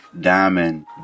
diamond